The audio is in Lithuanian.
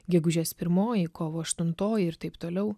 gegužės pirmoji kovo aštuntoji ir taip toliau